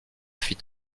fit